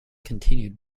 continued